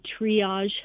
triage